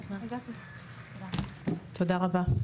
תודה רבה.